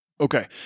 Okay